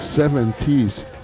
Seventies